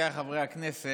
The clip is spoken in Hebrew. עמיתיי חברי הכנסת,